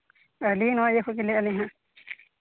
ᱟᱹᱞᱤᱧ ᱱᱚᱣᱟ ᱤᱭᱟᱹ ᱠᱷᱚᱡ ᱜᱮ ᱞᱟᱹᱭ ᱟᱹᱞᱤᱧ ᱦᱟᱸᱜ